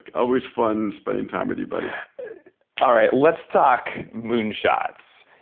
always fun spending time with you, buddy all right. let's talk moonshots.